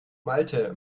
malte